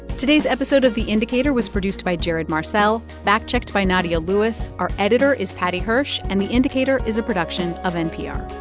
today's episode of the indicator was produced by jared marcel, fact-checked by nadia lewis. our editor is paddy hirsch. and the indicator is a production of npr